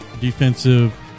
defensive